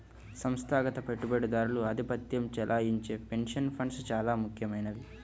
సంస్థాగత పెట్టుబడిదారులు ఆధిపత్యం చెలాయించే పెన్షన్ ఫండ్స్ చాలా ముఖ్యమైనవి